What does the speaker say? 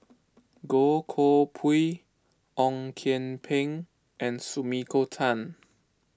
Goh Koh Pui Ong Kian Peng and Sumiko Tan